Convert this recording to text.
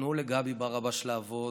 תנו לגבי ברבש לעבוד.